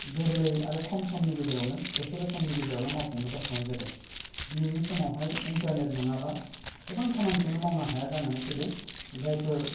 गोरलै आरो खम समनि गेजेरावनो एसेल' समनि गेजेरावनो मावफुंनोबो हानाय जादों दिनैनि समावहाय इन्टारनेट नङाबा गोबां खामानिखौनो मावनो हाया जानानै फैदों जायफोर खामानिखौ